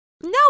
No